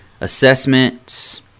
assessments